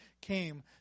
came